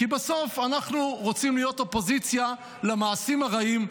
כי בסוף אנחנו רוצים להיות אופוזיציה למעשים הרעים,